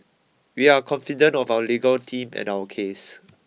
we are confident of our legal team and our case